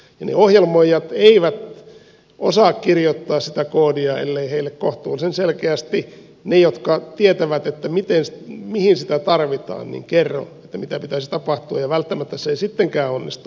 ne ohjelmoijat eivät osaa kirjoittaa sitä koodia elleivät heille kohtuullisen selkeästi ne jotka tietävät mihin sitä tarvitaan kerro mitä pitäisi tapahtua ja välttämättä se ei sittenkään onnistu